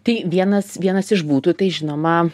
tai vienas vienas iš būtų tai žinoma